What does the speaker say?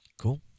Cool